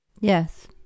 Yes